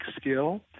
skill –